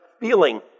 feeling